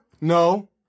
No